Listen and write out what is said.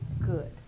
good